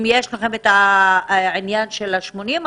אם יש לכם את העניין של ה-80%,